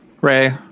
Ray